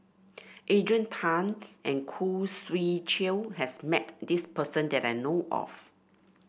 Adrian Tan and Khoo Swee Chiow has met this person that I know of